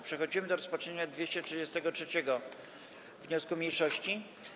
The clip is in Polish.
Przechodzimy do rozpatrzenia 233. wniosku mniejszości.